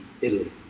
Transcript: Italy